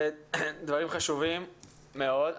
דברים חשובים מאוד.